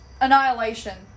Annihilation